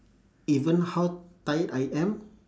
even how tired I am